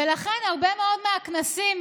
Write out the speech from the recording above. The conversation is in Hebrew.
ולכן הרבה מאוד מהכנסים,